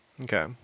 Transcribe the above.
Okay